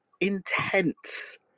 intense